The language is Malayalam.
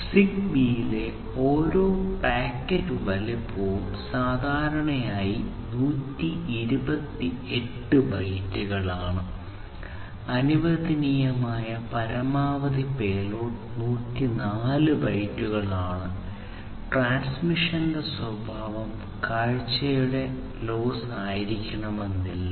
സിഗ്ബീയിലെ ആയിരിക്കണമെന്നില്ല